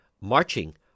marching